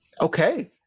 Okay